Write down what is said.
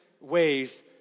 ways